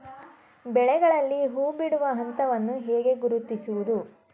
ಬೆಳೆಗಳಲ್ಲಿ ಹೂಬಿಡುವ ಹಂತವನ್ನು ಹೇಗೆ ಗುರುತಿಸುವುದು?